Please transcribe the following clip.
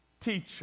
teacher